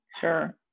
Sure